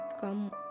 come